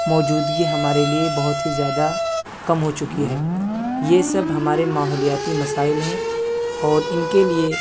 موجودگی ہمارے لیے بہت ہی زیادہ کم ہو چکی ہے یہ سب ہمارے ماحولیاتی مسائل ہیں اور ان کے لیے